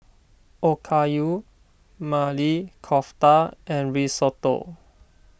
Okayu Maili Kofta and Risotto